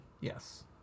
Yes